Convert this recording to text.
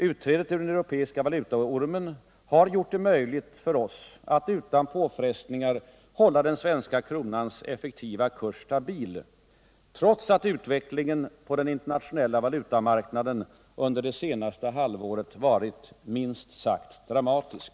Utträdet ur den europeiska valutaormen har gjort det möjligt att utan påfrestningar hålla den svenska kronans effektiva kurs stabil, trots att utvecklingen på den internationella valutamarknaden under det senaste halvåret varit minst sagt dramatisk.